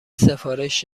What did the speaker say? سفارش